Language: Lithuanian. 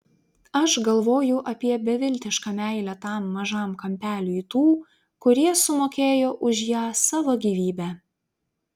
aš galvoju apie beviltišką meilę tam mažam kampeliui tų kurie sumokėjo už ją savo gyvybe